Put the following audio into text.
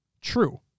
True